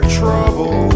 trouble